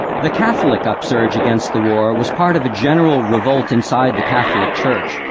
the catholic upsurge against the war was part of a general revolt inside the catholic church,